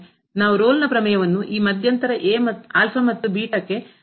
ನಾವು ರೋಲ್ ಪ್ರಮೇಯವನ್ನುಈ ಮಧ್ಯಂತರ ಮತ್ತು ಕ್ಕೆ ಅನ್ವಯಿಸಿದರೆ